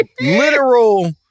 literal